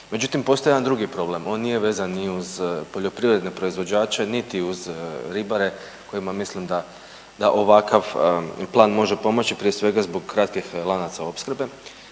Međutim, postoji jedan drugi problem on nije vezan ni uz poljoprivredne proizvođače, niti uz ribare kojima mislim da, da ovakav plan može pomoći prije svega zbog kratkih lanaca opskrbe.